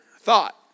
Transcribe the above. thought